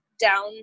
down